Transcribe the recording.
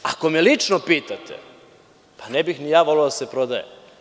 Ako me lično pitate, ne bih ni ja voleo da se prodaje.